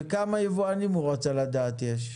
וכמה יבואנים הוא רוצה לדעת יש.